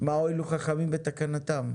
שמה הועילו חכמים בתקנתם,